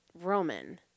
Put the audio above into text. Roman